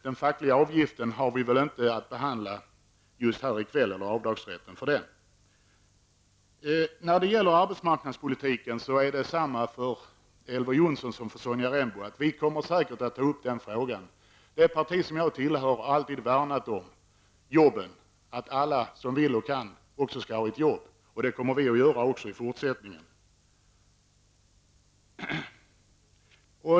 Men avdragsrätten för fackföreningsavgifter skall vi väl inte behandla i kväll. Jag vill säga till Elver Jonsson och Sonja Rembo att vi säkert kommer att ta upp arbetsmarknadspolitiken igen. Det parti som jag tillhör har alltid värnat om jobben, att alla som vill och kan också skall ha ett jobb, och det kommer vi att göra även i fortsättningen.